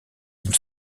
une